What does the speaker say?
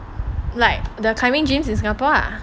like the climbing gyms in singapore ah